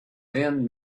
then